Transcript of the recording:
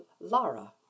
Lara